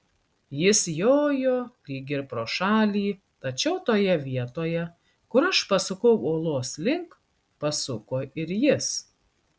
jis jojo lyg ir pro šalį tačiau toje vietoje kur aš pasukau uolos link pasuko ir jis